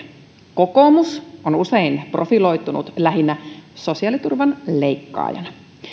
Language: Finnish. kokoomus on usein profiloitunut lähinnä sosiaaliturvan leikkaajana